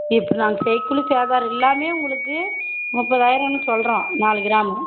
இப்போ நாங்கள் செய்கூலி சேதாரம் இல்லாமையே உங்களுக்கு முப்பதாயிரன்னு சொல்கிறேன் நாலு கிராம்